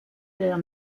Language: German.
der